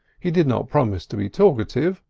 he did not promise to be talkative,